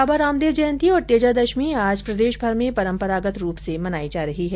बाबा रामदेव जयंती और तेजा दशमी आज प्रदेशभर में परम्परागत रूप से मनाई जा रही है